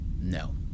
No